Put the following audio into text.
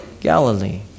Galilee